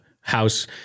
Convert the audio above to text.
House